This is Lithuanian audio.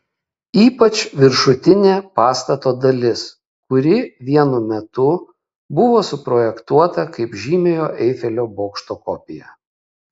ypač viršutinė pastato dalis kuri vienu metu buvo suprojektuota kaip žymiojo eifelio bokšto kopija